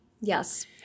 yes